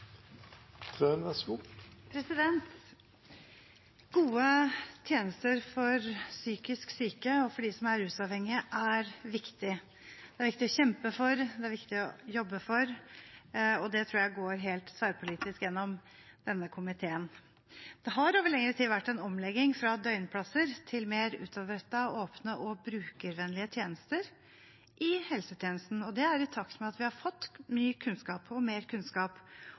Gode tjenester for psykisk syke og for dem som er rusavhengige, er viktig. Det er det viktig å kjempe for, det er det viktig å jobbe for, og det tror jeg går helt tverrpolitisk gjennom denne komiteen. Det har over lengre tid vært en omlegging fra døgnplasser til mer utadrettede, åpne og brukervennlige tjenester i helsetjenesten, og det er i takt med at vi har fått ny kunnskap, mer kunnskap